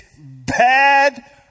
bad